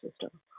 system